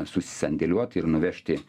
susisandėliuot ir nuvežti